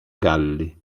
galli